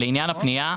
לעניין הפנייה,